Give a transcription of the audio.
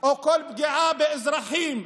או כל פגיעה באזרחים,